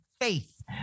faith